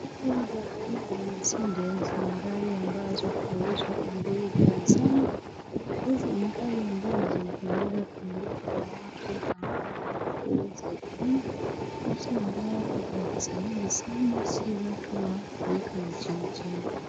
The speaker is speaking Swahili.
Gari hizi za aina ya Mercedes ni gari ambazo huuzwa kwa bei ghali sana, hizi ni gari ambazo zinaweza kununuliwa tu na watu ambao ni wakubwa, watu ambao wako na pesa nyingi sana si watu wa rika ya chinichini.